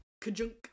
kajunk